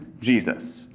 Jesus